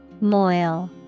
Moil